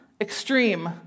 extreme